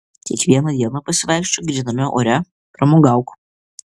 kiekvieną dieną pasivaikščiok gryname ore pramogauk